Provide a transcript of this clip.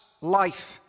life